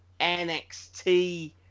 NXT